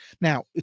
Now